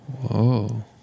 Whoa